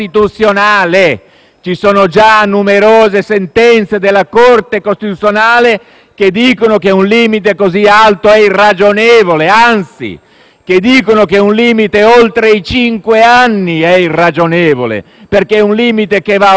Ci sono già numerose sentenze della Corte costituzionale che dicono che un limite così alto è irragionevole, anzi, che dicono che un limite oltre i cinque anni è irragionevole, perché è un limite che va oltre